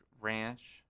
Ranch